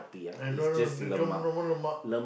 and no no the chiong normal lemak